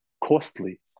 costly